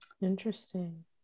Interesting